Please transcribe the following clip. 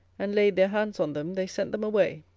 and laid their hands on them, they sent them away.